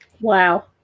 Wow